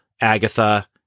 Agatha